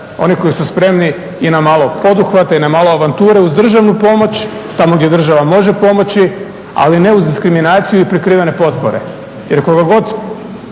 Oni koji su spremni i na malo poduhvata i na malo avanture uz državnu pomoć, tamo gdje država može pomoći ali ne uz diskriminaciju i prekrivene potpore. Jer koga god